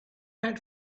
had